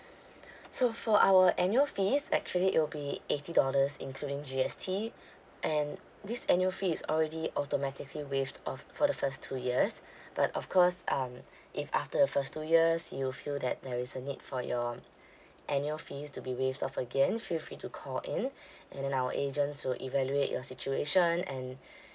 so for our annual fees actually it'll be eighty dollars including G_S_T and this annual fee is already automatically waived off for the first two years but of course um if after the first two years you feel that there is a need for your annual fees to be waived off again feel free to call in and then our agents will evaluate your situation and